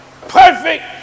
perfect